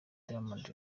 diamond